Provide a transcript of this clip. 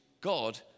God